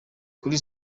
kuri